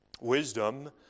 Wisdom